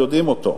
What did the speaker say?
יודעים אותו: